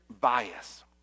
bias